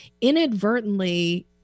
Inadvertently